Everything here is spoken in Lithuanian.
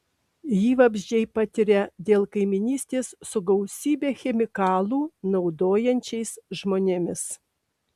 jį vabzdžiai patiria dėl kaimynystės su gausybę chemikalų naudojančiais žmonėmis